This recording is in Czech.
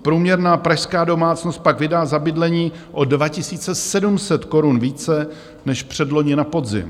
Průměrná pražská domácnost pak vydá za bydlení o 2 700 korun více než předloni na podzim.